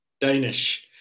danish